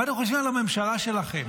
מה אתם חושבים על הממשלה שלכם?